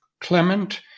Clement